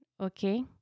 okay